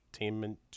entertainment